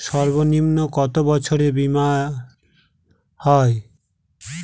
সর্বনিম্ন কত বছরের বীমার হয়?